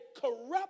corrupt